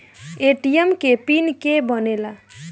ATM के PIN के के बनेला?